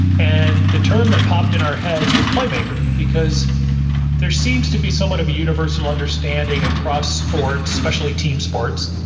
and the term that popped in our heads was playmaker, because there seems to be somewhat of a universal understanding across sports, especially team sports,